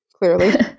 clearly